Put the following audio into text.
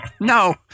No